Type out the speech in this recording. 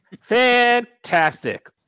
Fantastic